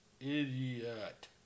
Idiot